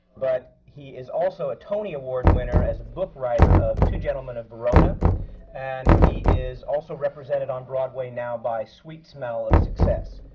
but he is also a tony award winner as a book writer of two gentlemen of verona and he is also represented on broadway now by sweet smell of success.